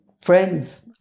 friends